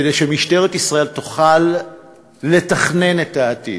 כדי שמשטרת ישראל תוכל לתכנן את העתיד.